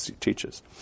teaches